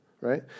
right